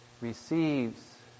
receives